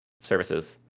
services